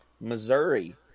Missouri